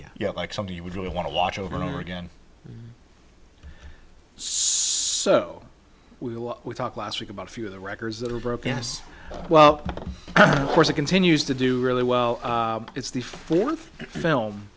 ten yeah like something you would really want to watch over and over again so we talked last week about a few of the records that were broken as well of course it continues to do really well it's the fourth film